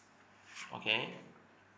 okay